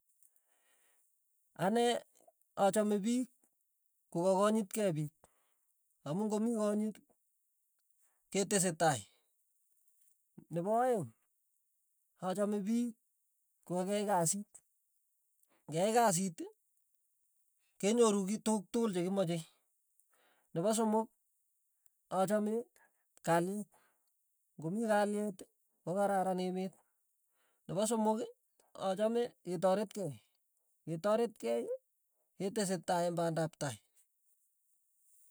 Ane achame piik kokakanyit kei piik amu ng'omii konyi ketesetai, nepo aeng', achame piik kokakiai kasit, ng'eyai kasit kenyoru kit tukuk tukul chekimache, nepo somok, achame kalyet, komii kalyet kokararan emet, nepo somok, achame ketoret kei, ketoret kei ketesetai eng' pandap tai.